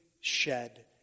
shed